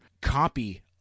copy